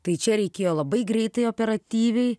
tai čia reikėjo labai greitai operatyviai